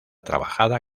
trabajada